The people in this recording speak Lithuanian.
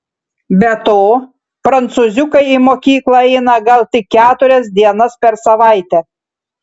be to prancūziukai į mokyklą eina gal tik keturias dienas per savaitę